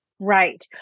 Right